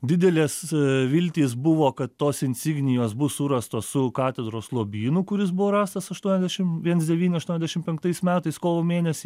didelės viltys buvo kad tos insignijos bus surastos su katedros lobynu kuris buvo rastas aštuondešim viens devyni aštuondešim penktais metais kovo mėnesį